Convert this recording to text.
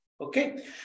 Okay